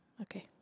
Okay